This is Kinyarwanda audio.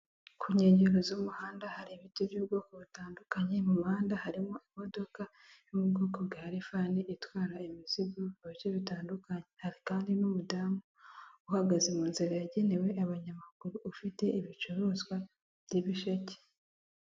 Ku nkengero z'umuhanda hari ibiti by'ubwoko butandukanye, mu muhanda harimo imodoka yo mu bwoko bwa rivani itwara imizigo mu bice bitandukanye, hari kandi n'umudamu uhagaze mu nzira yagenewe abanyamaguru, ufite ibicuruzwa by'ibisheke.